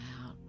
out